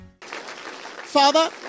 Father